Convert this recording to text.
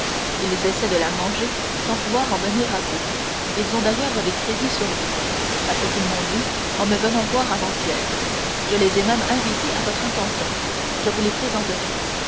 ils essaient de la manger sans pouvoir en venir à bout ils ont d'ailleurs des crédits sur vous à ce qu'ils m'ont dit en me venant voir avant-hier je les ai même invités à votre intention je vous les présenterai